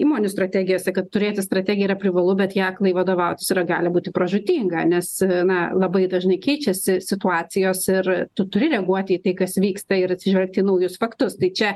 įmonių strategijose kad turėti strategiją yra privalu bet ja aklai vadovautis yra gali būti pražūtinga nes na labai dažnai keičiasi situacijos ir tu turi reaguoti į tai kas vyksta ir atsižvelgti į naujus faktus tai čia